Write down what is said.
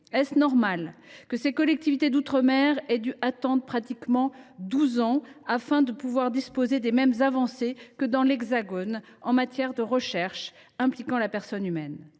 Est il normal que ces collectivités d’outre mer aient dû attendre pratiquement douze ans avant de bénéficier des mêmes avancées que dans l’Hexagone en matière de recherches impliquant la personne humaine ?